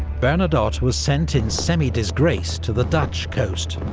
bernadotte was sent in semi-disgrace to the dutch coast,